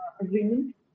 agreement